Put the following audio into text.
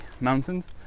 mountains